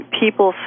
people